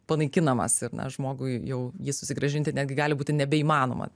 panaikinamas ir na žmogui jau jį susigrąžinti netgi gali būti nebeįmanoma